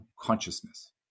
consciousness